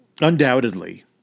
Undoubtedly